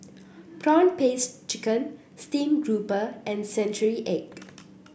prawn paste chicken Steamed Grouper and Century Egg